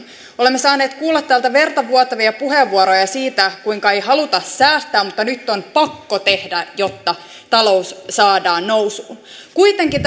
olemme saaneet kuulla täältä vertavuotavia puheenvuoroja siitä kuinka ei haluta säästää mutta nyt on pakko tehdä jotta talous saadaan nousuun kuitenkin